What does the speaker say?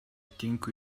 think